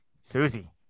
Susie